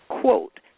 Quote